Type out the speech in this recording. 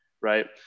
right